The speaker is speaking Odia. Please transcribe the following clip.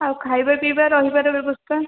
ଆଉ ଖାଇବା ପିଇବା ରହିବାର ବ୍ୟବସ୍ଥା